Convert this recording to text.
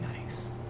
nice